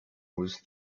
was